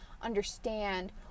understand